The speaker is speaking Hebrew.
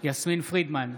יסמין פרידמן,